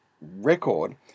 record